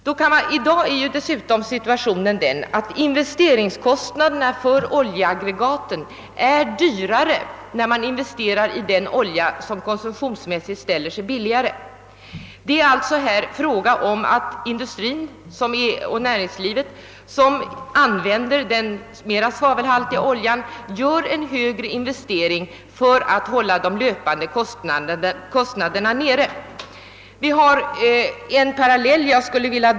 Vidare är situationen i dag den att investeringskostnaderna för oljeaggregaten är större när man investerar för användning av den olja som konsumtionsmässigt ställer sig billigare. Det är alltså fråga om att industrin och näringslivet, som använder den mera svavelhaltiga oljan, gör en större investering för att hålla delöpande kostnaderna nere.